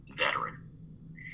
veteran